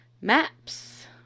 maps